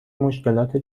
مشکلات